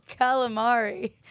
calamari